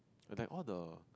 they have all the